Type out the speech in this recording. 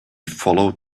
followed